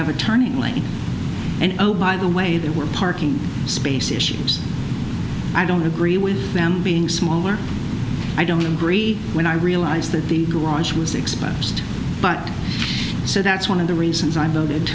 a turning lane and oh by the way they were parking space issues i don't agree with them being smaller i don't agree when i realized that the garage was exposed but so that's one of the reasons i voted that